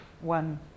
one